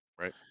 right